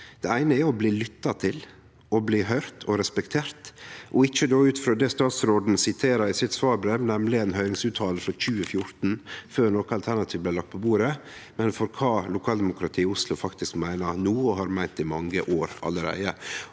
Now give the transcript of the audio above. Det eine er å bli lytta til, høyrt og respek tert – ikkje ut frå det statsråden siterer i sitt svarbrev, nemleg ein høyringsuttale frå 2014, før noko alternativ blei lagt på bordet, men for kva lokaldemokratiet i Oslo faktisk meiner no og har meint i mange år allereie.